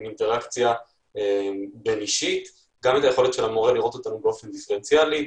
עם אינטראקציה בין אישית ויכולת של המורה לראות אותנו באופן דיפרנציאלי.